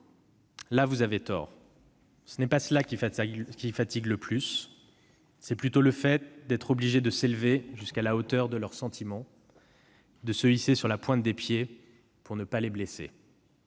Là, vous avez tort. Ce n'est pas cela qui fatigue le plus. C'est plutôt le fait d'être obligé de s'élever jusqu'à la hauteur de leurs sentiments, de se hisser sur la pointe des pieds pour ne pas les blesser.